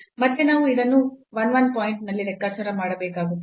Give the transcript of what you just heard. ಮತ್ತೆ ನಾವು ಇದನ್ನು 1 1 ಪಾಯಿಂಟ್ನಲ್ಲಿ ಲೆಕ್ಕಾಚಾರ ಮಾಡಬೇಕಾಗುತ್ತದೆ